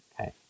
Okay